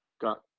got